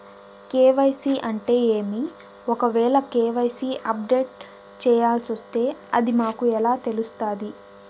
KYC అంటే ఏమి? ఒకవేల కె.వై.సి అప్డేట్ చేయాల్సొస్తే అది మాకు ఎలా తెలుస్తాది?